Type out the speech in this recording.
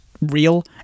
real